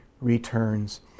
returns